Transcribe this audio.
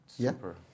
Super